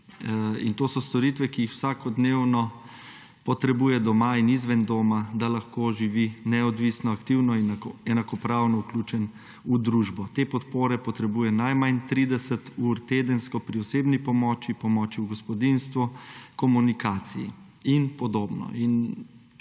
In to so storitve, ki jih vsakodnevno potrebuje doma in izven doma, da lahko živi neodvisno, aktivno in je enakopravno vključen v družbo. Te podpore potrebuje najmanj 30 ur tedensko pri osebni pomoč, pomoči v gospodinjstvu, komunikaciji in podobno. In